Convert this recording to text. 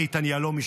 איתן יהלומי,